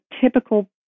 typical